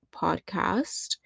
podcast